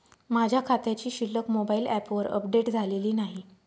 माझ्या खात्याची शिल्लक मोबाइल ॲपवर अपडेट झालेली नाही